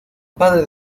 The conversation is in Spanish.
padre